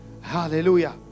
Hallelujah